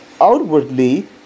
outwardly